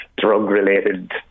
drug-related